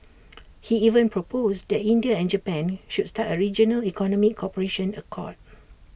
he even proposed that India and Japan should start A regional economic cooperation accord